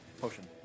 Potion